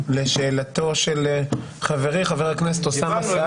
לשאלתו של חברי חבר הכנסת אוסאמה סעדי.